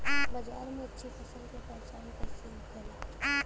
बाजार में अच्छी फसल का पहचान कैसे होखेला?